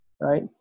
right